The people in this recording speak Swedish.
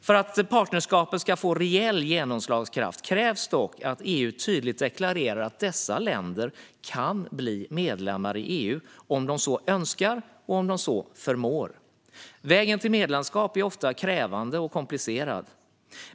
För att partnerskapet ska få reell genomslagskraft krävs dock att EU tydligt deklarerar att dessa länder kan bli medlemmar i EU om de så önskar eller förmår. Vägen till medlemskap är ofta krävande och komplicerad.